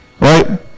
right